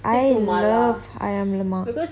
I love ayam lemak